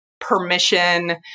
permission